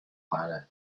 planet